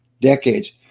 decades